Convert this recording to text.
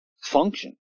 function